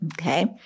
Okay